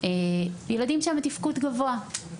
ילדים שהם בתפקוד גבוה.